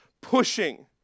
pushing